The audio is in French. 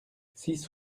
six